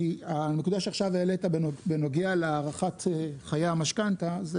כי הנקודה שעכשיו העלית בנוגע להארכת חיי המשכנתה זה